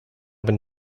been